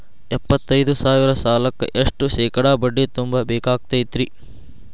ಎಪ್ಪತ್ತೈದು ಸಾವಿರ ಸಾಲಕ್ಕ ಎಷ್ಟ ಶೇಕಡಾ ಬಡ್ಡಿ ತುಂಬ ಬೇಕಾಕ್ತೈತ್ರಿ?